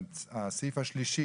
הסעיף השלישי,